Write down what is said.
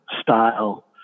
style